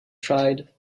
tried